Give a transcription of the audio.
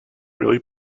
really